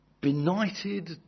benighted